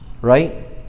right